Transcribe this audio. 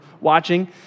watching